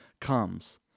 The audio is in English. comes